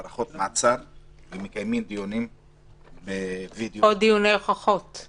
דחופה למשרד הבריאות וביקשנו האם יש אפשרות להכשיר חלק מהאולמות האלה,